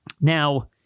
Now